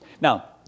Now